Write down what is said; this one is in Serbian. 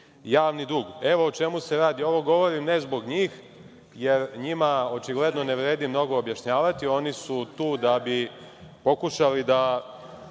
javni dug. Evo o čemu se radi. Ovo govorim ne zbog njih, jer njima očigledno ne vredi mnogo objašnjavati, oni su tu da bi pokušali da